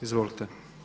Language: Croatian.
Izvolite.